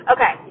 Okay